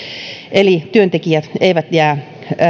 eli työntekijät eivät jää